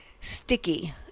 sticky